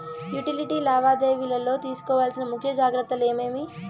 Utility లావాదేవీల లో తీసుకోవాల్సిన ముఖ్య జాగ్రత్తలు ఏమేమి?